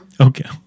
Okay